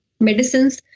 medicines